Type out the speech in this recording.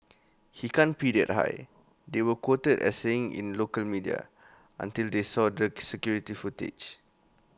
he can't pee that high they were quoted as saying in local media until they saw the security footage